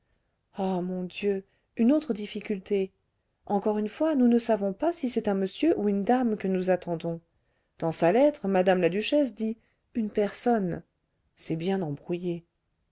ah mon dieu une autre difficulté encore une fois nous ne savons pas si c'est un monsieur ou une dame que nous attendons dans sa lettre mme la duchesse dit une personne c'est bien embrouillé